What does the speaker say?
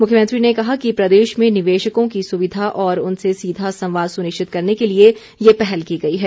मुख्यमंत्री ने कहा कि प्रदेश में निवेशकों की सुविधा और उनसे सीधा संवाद सुनिश्चित करने के लिए ये पहल की गई है